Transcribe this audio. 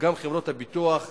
וגם על חברות הביטוח,